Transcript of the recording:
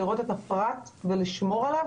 לראות את הפרט ולשמור עליו